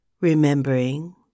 remembering